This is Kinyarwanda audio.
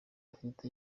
afite